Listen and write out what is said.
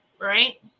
Right